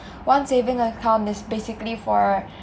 one saving account is basically for